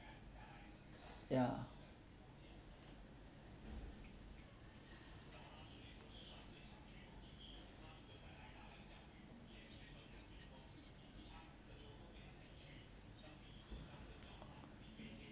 ya